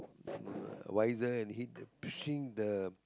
visor and hit the see the